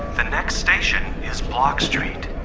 the next station is block street.